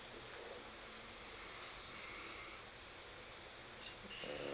mm